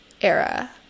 era